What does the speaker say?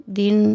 din